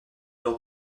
lors